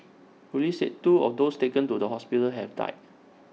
Police said two of those taken to the hospital have died